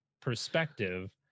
perspective